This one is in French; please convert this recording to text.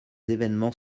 événements